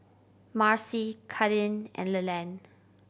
Marcy Kadin and Leland